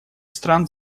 стран